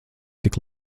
tik